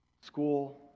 school